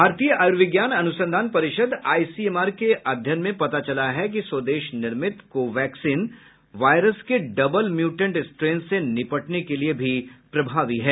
भारतीय आयुर्विज्ञान अनुसंधान परिषद आईसीएमआर के अध्ययन में पता चला है कि स्वदेश निर्मित कोवैक्सीन वायरस के डबल म्यूटेंट स्ट्रेन से निपटने के लिए भी प्रभावी है